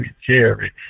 Jerry